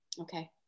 Okay